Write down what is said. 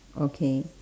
okay